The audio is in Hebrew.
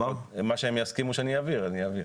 מה שהם יסכימו שאני אעביר, אני אעביר.